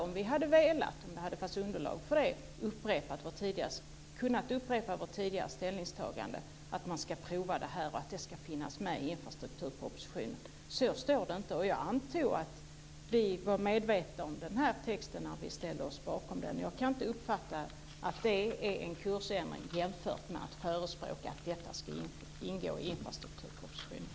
Om det hade funnits underlag för det hade vi kunnat upprepa vårt tidigare ställningstagande, att man ska prova detta och att det ska finnas med i infrastrukturpropositionen. Så står det inte. Jag antog att vi var medvetna om den här texten när vi ställde oss bakom den. Jag kan inte uppfatta att det är en kursändring jämfört med att förespråka att detta ska ingå i infrastrukturpropositionen.